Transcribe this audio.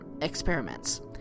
experiments